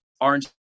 Orange